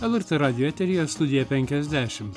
lrt radijo eteryje studija penkiasdešimt